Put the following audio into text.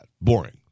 Boring